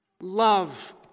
love